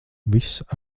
viss